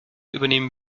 übernehmen